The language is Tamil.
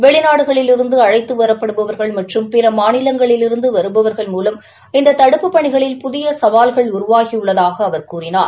வெளிநாடுகளிலிருந்து அழைத்து வரப்படுபவர்கள் மற்றும் பிற மாநிலங்களிலிருந்து வருபவர்கள் மூலம் இந்த தடுப்புப் பணிகளில் புதிய சவால்கள் உருவாகியுள்ளதாக அவர் கூறினார்